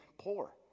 poor